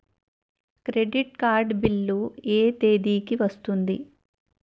Credit card bill ఎ తేదీ కి వస్తుంది?